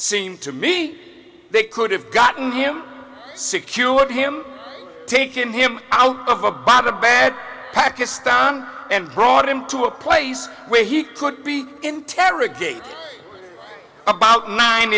seem to me they could have gotten him secure with him taken him out of a bomb a bad pakistan and brought him to a place where he could be interrogated about nine